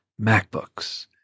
MacBooks